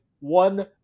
one